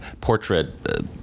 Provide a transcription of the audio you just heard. portrait